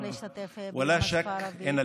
אני מאוד שמח להשתתף ביום השפה הערבית.